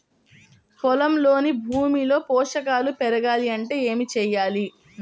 పొలంలోని భూమిలో పోషకాలు పెరగాలి అంటే ఏం చేయాలి?